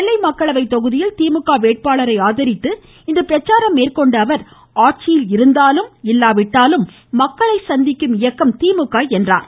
நெல்லை மக்களவை தொகுதியில் திமுக வேட்பாளரை ஆதரித்து இன்று பிரச்சாரம் மேற்கொண்ட அவர் ஆட்சியிலும் இருந்தாலும் இல்லாவிட்டாலும் மக்களை சந்திக்கும் இயக்கம் திமுக என்றார்